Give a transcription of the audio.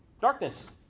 darkness